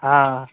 हँ